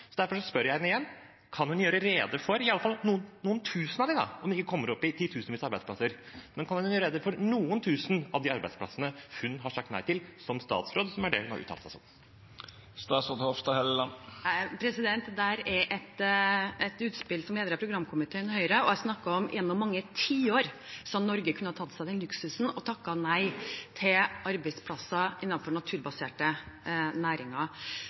Derfor spør jeg igjen: Kan hun gjøre rede for i hvert fall noen tusen av de arbeidsplassene – om hun ikke kommer opp i titusenvis – hun har sagt nei til som statsråd, som er det hun har uttalt seg som? Dette var et utspill jeg hadde som leder av programkomiteen i Høyre. Jeg snakket om at Norge gjennom mange tiår hadde kunnet ta seg den luksusen det er å takke nei til arbeidsplasser innenfor naturbaserte næringer,